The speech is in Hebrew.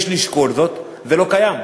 יש לשקול זאת, זה לא קיים,